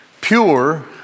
pure